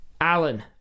Alan